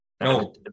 No